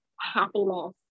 happiness